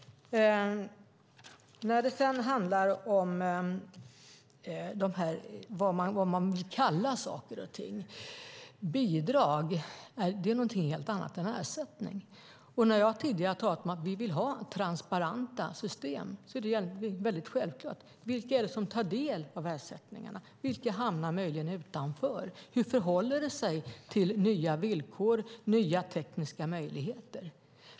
Sedan handlar det om vad man vill kalla saker och ting. Bidrag är någonting helt annat än ersättning. Jag har tidigare talat om att vi vill ha transparenta system, och det är helt självklart. Vilka är det som tar del av ersättningarna? Vilka hamnar möjligen utanför? Hur förhåller det sig till nya villkor och nya tekniska möjligheter?